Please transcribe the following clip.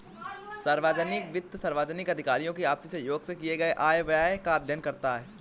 सार्वजनिक वित्त सार्वजनिक अधिकारियों की आपसी सहयोग से किए गये आय व व्यय का अध्ययन करता है